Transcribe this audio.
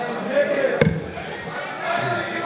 (קוראת בשמות חברי הכנסת)